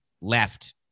left